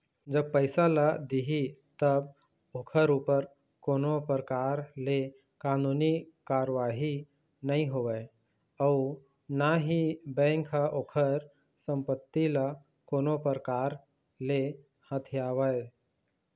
जब पइसा ल दिही तब ओखर ऊपर कोनो परकार ले कानूनी कारवाही नई होवय अउ ना ही बेंक ह ओखर संपत्ति ल कोनो परकार ले हथियावय